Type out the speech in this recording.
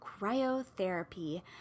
Cryotherapy